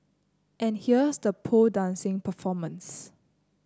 and here's the pole dancing performance